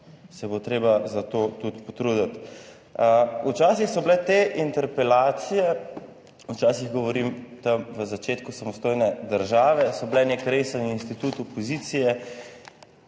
se bo treba za to tudi potruditi. Včasih so bile te interpelacije, včasih govorim tam v začetku samostojne države, so bile nek resen institut opozicije,